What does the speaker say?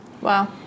Wow